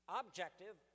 objective